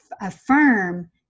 affirm